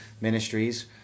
ministries